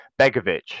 Begovic